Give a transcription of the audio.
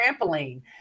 trampoline